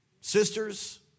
sisters